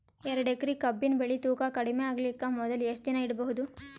ಎರಡೇಕರಿ ಕಬ್ಬಿನ್ ಬೆಳಿ ತೂಕ ಕಡಿಮೆ ಆಗಲಿಕ ಮೊದಲು ಎಷ್ಟ ದಿನ ಇಡಬಹುದು?